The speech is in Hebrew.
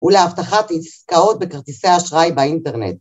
‫ולהבטחת עסקאות ‫בכרטיסי אשראי באינטרנט.